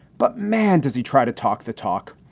but man, does he try to talk the talk.